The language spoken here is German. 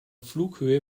flughöhe